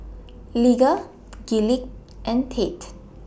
Lige Gillie and Tate